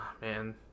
Man